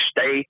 stay